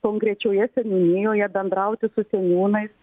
konkrečioje seniūnijoje bendrauti su seniūnais